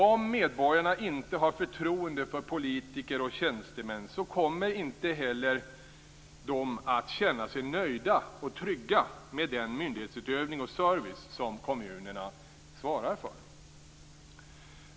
Om medborgarna inte har förtroende för politiker och tjänstemän kommer de inte heller att känna sig nöjda och trygga med den myndighetsutövning och service som kommunerna svarar för.